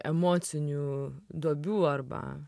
emocinių duobių arba